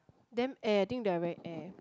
then and I think they are wearing air